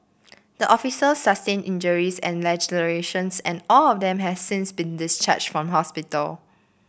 the officer sustained injuries and lacerations and all of them have since been discharged from hospital